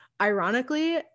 ironically